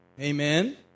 Amen